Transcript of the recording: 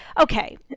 okay